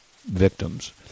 victims